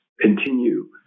continue